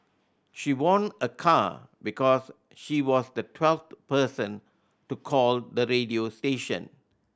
she won a car because she was the twelfth person to call the radio station